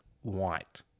white